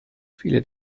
viele